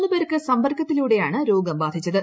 the പേർക്ക് സമ്പർക്കത്തിലൂടെയാണ് രോഗം ബാധിച്ചത്